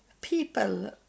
people